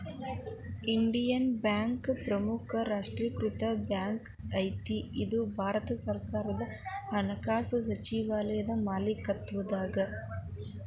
Indian bank ಪ್ರಮುಖ ರಾಷ್ಟ್ರೇಕೃತ bank ಐತಿ ಇದು ಭಾರತ ಸರ್ಕಾರದ ಹಣಕಾಸಿನ್ ಸಚಿವಾಲಯದ ಮಾಲೇಕತ್ವದಾಗದ